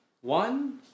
One